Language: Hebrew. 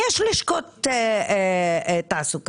יש לשכות תעסוקה.